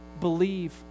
believe